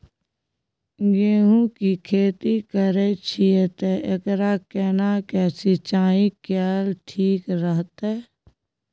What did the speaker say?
गेहूं की खेती करे छिये ते एकरा केना के सिंचाई कैल ठीक रहते?